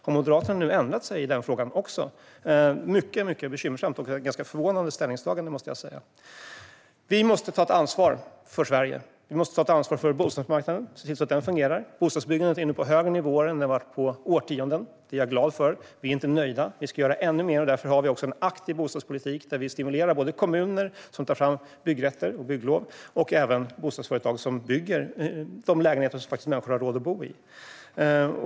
Har Moderaterna nu ändrat sig också i den frågan? Det är mycket bekymmersamt och ett ganska förvånande ställningstagande, måste jag säga. Vi måste ta ansvar för Sverige. Vi måste ta ansvar för bostadsmarknaden och se till att den fungerar. Bostadsbyggandet är uppe på högre nivåer än det varit på årtionden. Det är jag glad för, men vi är inte nöjda. Vi ska göra ännu mer. Därför har vi en aktiv bostadspolitik, där vi stimulerar kommuner som tar fram byggrätter och bygglov och även de bostadsföretag som bygger lägenheter som människor faktiskt har råd att bo i.